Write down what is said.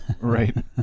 Right